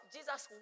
Jesus